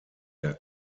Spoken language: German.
der